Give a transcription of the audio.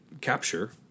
capture